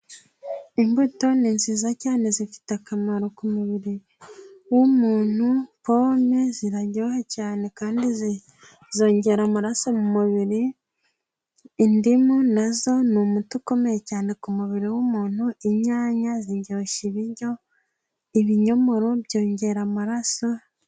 Imbuto ni nziza cyane zifite akamaro ku mubiri w'umuntu, pome ziraryoha cyane kandi zongera amaraso mu mubiri, indimu nazo ni umuti ukomeye cyane ku mubiri w'umuntu, inyanya ziryoshya ibiryo, ibinyomoro byongera amaraso...